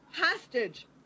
hostage